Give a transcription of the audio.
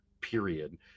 period